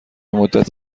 مدت